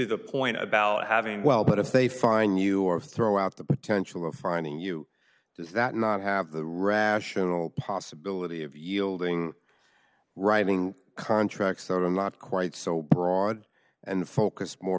the point about having well but if they find you or throw out the potential of finding you does that not have the rational possibility of yielding writing contracts that i'm not quite so broad and focused more